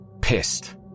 Pissed